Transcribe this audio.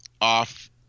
off